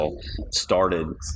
started